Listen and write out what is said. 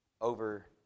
over